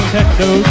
Techno